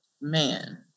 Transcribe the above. man